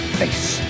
face